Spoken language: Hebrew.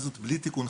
בודקים.